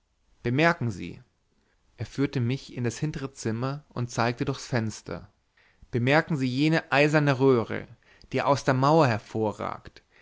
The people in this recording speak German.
bemerken sie er führte mich in das hintere zimmer und zeigte durchs fenster bemerken sie jene eiserne röhre die aus der mauer hervorragt